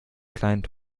kleinen